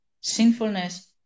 sinfulness